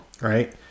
right